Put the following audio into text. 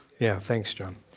yeah thanks john.